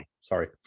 sorry